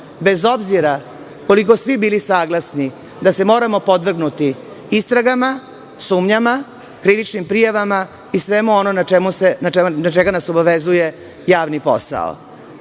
bez obzira koliko svi bili saglasni da se moramo podvrgnuti istragama, sumnjama, krivičnim prijavama i sve ono na šta nas obavezuje javni posao,